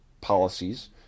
policies